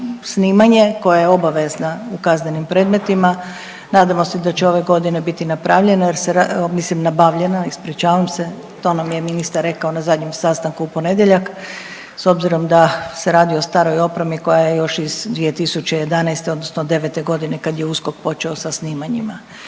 koja je obaveza u kaznenim predmetima, nadamo se da će ove godine biti napravljena jer se, mislim nabavljena, ispričavam se, to nam je ministar rekao na zadnjem sastanku u ponedjeljak s obzirom da se radi o staroj opremi koja je još iz 2011. odnosno '9.g. kad je USKOK počeo sa snimanjima.